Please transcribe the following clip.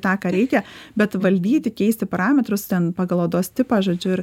tą ką reikia bet valdyti keisti parametrus ten pagal odos tipą žodžiu ir